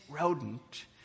rodent